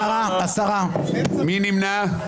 הצבעה לא אושרו.